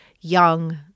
young